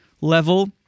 level